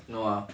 no ah